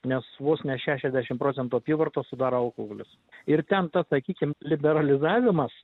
nes vos ne šešiasdešim procentų apyvartos sudaro alkoholis ir ten ta sakykim liberalizavimas